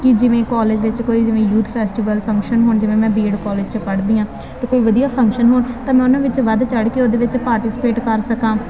ਕਿ ਜਿਵੇਂ ਕਾਲਜ ਵਿੱਚ ਕੋਈ ਜਿਵੇਂ ਯੂਥ ਫੈਸਟੀਵਲ ਫੰਕਸ਼ਨ ਹੁਣ ਜਿਵੇਂ ਮੈਂ ਬੀਐਡ ਕਾਲਜ 'ਚ ਪੜ੍ਹਦੀ ਹਾਂ ਅਤੇ ਕੋਈ ਵਧੀਆ ਫੰਕਸ਼ਨ ਹੋਣ ਤਾਂ ਮੈਂ ਉਹਨਾਂ ਵਿੱਚ ਵੱਧ ਚੜ੍ਹ ਕੇ ਉਹਦੇ ਵਿੱਚ ਪਾਰਟੀਸਪੇਟ ਕਰ ਸਕਾਂ